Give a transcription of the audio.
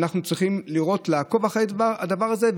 ואנחנו צריכים לראות ולעקוב אחרי הדבר הזה,